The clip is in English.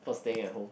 for staying at home